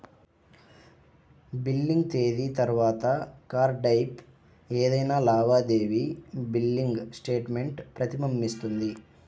billing తేదీ తర్వాత కార్డ్పై ఏదైనా లావాదేవీ బిల్లింగ్ స్టేట్మెంట్ ప్రతిబింబిస్తుంది